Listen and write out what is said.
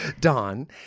don